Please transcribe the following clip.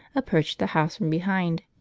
approach the house from behind.